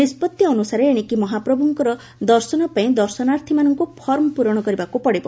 ନିଷ୍ବଭି ଅନୁସାରେ ଏଶିକି ମହାପ୍ରଭୁଙ୍କ ଦର୍ଶନ ପାଇଁ ଦର୍ଶନାର୍ଥୀମାନଙ୍କୁ ଫର୍ମ ପୂରଣ କରିବାକୁ ପଡିବ